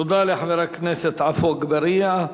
תודה לחבר הכנסת עפו אגבאריה.